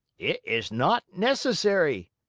it is not necessary,